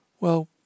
Well